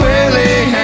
Willie